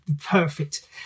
perfect